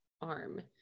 arm